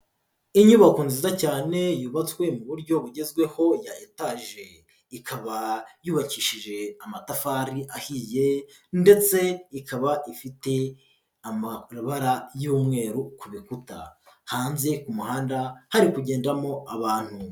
Inyubako nziza cyane yubatswe mu buryo bugezweho ya etage ikaba yubakishije amatafari ahiye ndetse ikaba ifite amabara y'umweru ku bikuta hanze ku muhanda hari kugendamo abantu.